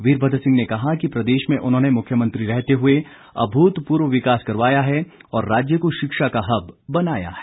वीरभद्र सिंह ने कहा कि प्रदेश में उन्होंने मुख्यमंत्री रहते हुए अभूतपूर्व विकास करवाया है और राज्य को शिक्षा का हब बनाया है